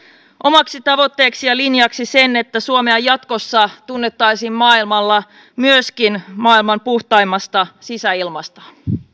omaksi tavoitteeksemme ja linjaksemme sen että suomi jatkossa tunnettaisiin maailmalla myöskin maailman puhtaimmasta sisäilmasta